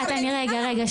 רגע,